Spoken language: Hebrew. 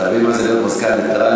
אתה מבין מה זה להיות מזכ"ל נייטרלי,